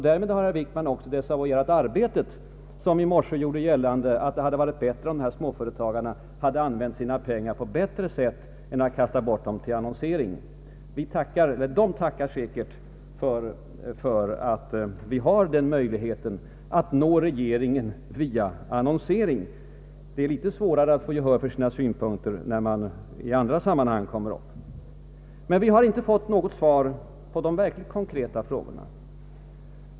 Därmed har herr Wickman också desavouerat tidningen Arbetet när den gjorde gällande att det hade varit bättre om dessa småföretagare använt pengarna på bättre sätt än att kasta bort dem på annonsering. De tackar säkert för möjligheten att via annonsering nå regeringen. Det är svårare att få gehör för synpunkterna på annat sätt. Vi har emellertid inte fått något svar på de verkligt konkreta frågorna.